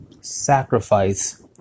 sacrifice